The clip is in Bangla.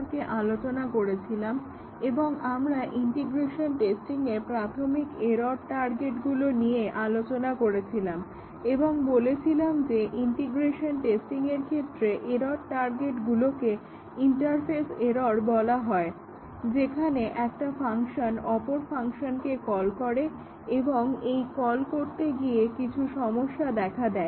আগের সেশনে আমরা ইন্টিগ্রেশন টেস্টিং সম্পর্কে আলোচনা করছিলাম এবং আমরা ইন্টিগ্রেশন টেস্টিংয়ের প্রাথমিক এরর টার্গেটগুলো নিয়ে আলোচনা করেছিলাম এবং বলেছিলাম যে ইন্টিগ্রেশন টেস্টিংয়ের ক্ষেত্রে এরর টার্গেটগুলোকে ইন্টারফেস এরর বলা হয় যেখানে একটা ফাংশন অপর ফাংশনকে কল করে এবং এই কল করতে গিয়ে কিছু সমস্যা দেখা দেয়